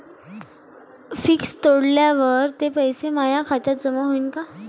Fix तोडल्यावर ते पैसे माया खात्यात जमा होईनं का?